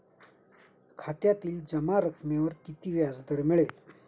खात्यातील जमा रकमेवर किती व्याजदर मिळेल?